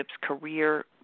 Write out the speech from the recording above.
career